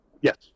Yes